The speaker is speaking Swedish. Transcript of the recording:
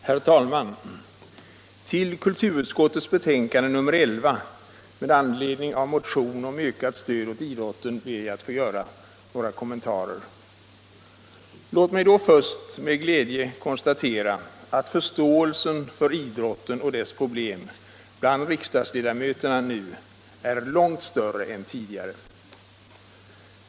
Herr talman! Till kulturutskottets betänkande nr 11 med anledning av motion om ökat stöd åt idrotten ber jag att få göra några kommentarer. Låt mig då först med glädje konstatera att förståelsen för idrotten och dess problem bland riksdagsledamöterna nu är långt större än tidigare.